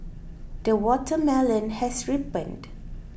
the watermelon has ripened